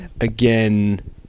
again